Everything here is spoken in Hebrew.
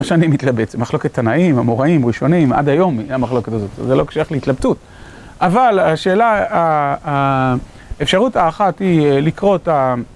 שאני מתלבט, מחלוקת תנאים, אמוראים, ראשונים, עד היום היא המחלוקת הזאת, זה לא שייך להתלבטות, אבל השאלה, האפשרות האחת היא לקרוא את ה...